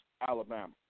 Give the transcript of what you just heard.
Alabama